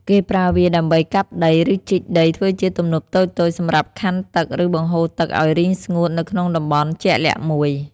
គេប្រើវាដើម្បីកាប់ដី ឬចបដីធ្វើជាទំនប់តូចៗសម្រាប់ខណ្ឌទឹក ឬបង្ហូរទឹកឲ្យរីងស្ងួតនៅក្នុងតំបន់ជាក់លាក់មួយ។